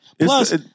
Plus